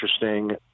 interesting